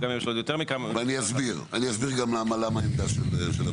אם יש לו --- אסביר את עמדת הוועדה: